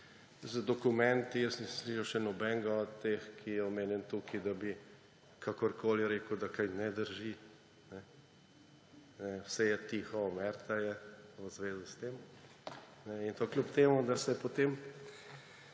z dokumenti. Jaz nisem slišal še nobenega od teh, ki je omenjen tukaj, da bi kakorkoli rekel, da kaj ne drži. Vse je tiho, omęrta je v zvezi s tem, in to kljub temu, da se potem